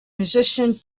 musician